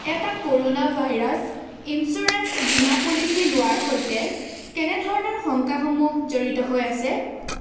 এটা corona virus insurance বীমা policy লোৱাৰ সৈতে কেনে ধৰণৰ শংকাসমূহ জড়িত হৈ আছে